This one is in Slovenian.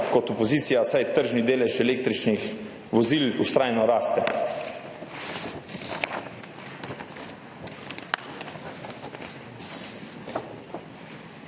kot opozicija, saj tržni delež električnih vozil vztrajno raste.